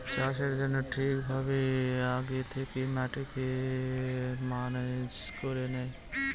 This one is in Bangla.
চাষের জন্য ঠিক ভাবে আগে থেকে মাটিকে ম্যানেজ করে নেয়